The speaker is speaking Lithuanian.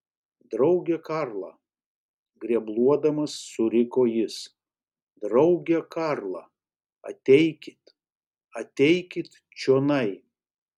drauge karla grebluodamas suriko jis drauge karla ateikit ateikit čionai